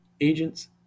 agents